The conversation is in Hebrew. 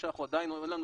עדיין אין לנו,